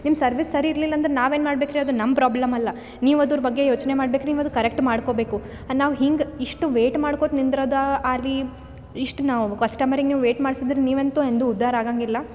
ನಿಮ್ಮ ಸರ್ವಿಸ್ ಸರಿ ಇರ್ಲಿಲ್ಲ ಅಂದ್ರೆ ನಾವೇನ್ ಮಾಡ್ಬೇಕು ರೀ ಅದು ನಮ್ಮ ಪ್ರಾಬ್ಲೆಮ್ ಅಲ್ಲ ನೀವು ಅದ್ರ ಬಗ್ಗೆ ಯೋಚನೆ ಮಾಡ್ಬೇಕು ರೀ ಅದು ಕರೆಕ್ಟ್ ಮಾಡ್ಕೋಬೇಕು ನಾವು ಹಿಂಗೆ ಇಷ್ಟು ವೆಯ್ಟ್ ಮಾಡ್ಕೊತ ನಿಂದ್ರೋದ ಆರ್ವಿ ಇಷ್ಟು ನಾವು ಕಸ್ಟಮರಿಗೆ ನೀವು ವೆಯ್ಟ್ ಮಾಡ್ಸಿದ್ರ್ ನೀವೆಂದು ಎಂದು ಉದ್ದಾರ ಆಗೊಂಗಿಲ್ಲಾ